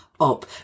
up